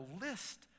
list